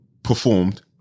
Performed